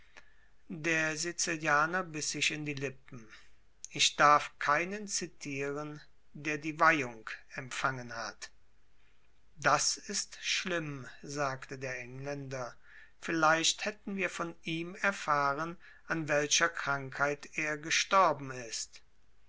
der sizilianer biß sich in die lippen ich darf keinen zitieren der die weihung empfangen hat das ist schlimm sagte der engländer vielleicht hätten wir von ihm erfahren an welcher krankheit er gestorben ist